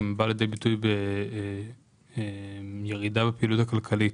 באה גם לידי ביטוי בירידה בפעילות הכלכלית.